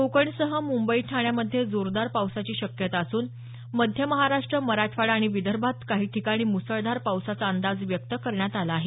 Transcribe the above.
कोकणसह मुंबई ठाण्यामध्ये जोरदार पावसाची शक्यता असून मध्य महाराष्ट्र मराठवाडा आणि विदर्भात काही ठिकाणी मुसळधार पावसाचा अंदाज व्यक्त करण्यात आला आहे